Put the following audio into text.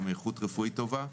גם איכות רפואית טובה,